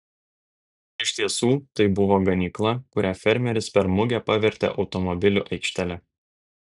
iš tiesų tai buvo ganykla kurią fermeris per mugę pavertė automobilių aikštele